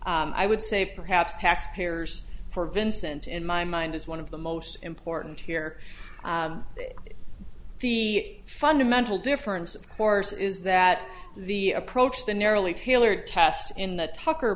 point i would say perhaps taxpayers for vincent in my mind is one of the most important here is the fundamental difference of course is that the approach the narrowly tailored test in the tucker